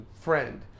friend